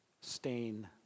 stain